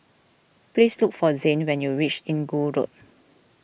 please look for Zayne when you reach Inggu Road